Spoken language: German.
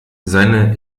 seine